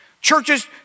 Churches